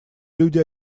люди